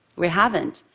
we haven't.